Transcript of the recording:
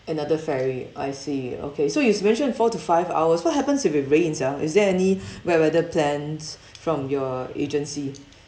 another ferry I see okay so you mentioned four to five hours what happens if it rains ah is there any wet weather plans from your agency